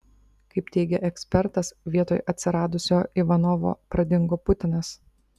kaip teigia ekspertas vietoj atsiradusio ivanovo pradingo putinas